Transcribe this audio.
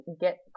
get